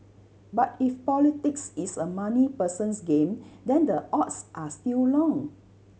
but if politics is a money person's game then the odds are still long